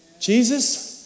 Jesus